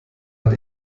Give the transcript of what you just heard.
hat